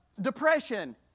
depression